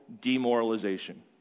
demoralization